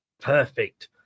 Perfect